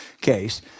case